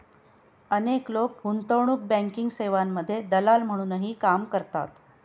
अनेक लोक गुंतवणूक बँकिंग सेवांमध्ये दलाल म्हणूनही काम करतात